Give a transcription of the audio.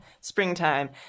springtime